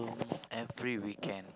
every weekend